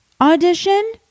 audition